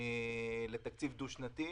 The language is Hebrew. לתקציב דו שנתי,